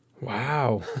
Wow